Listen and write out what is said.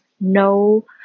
no